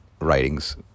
Writings